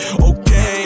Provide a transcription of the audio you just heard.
okay